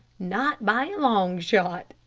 not by a long shot,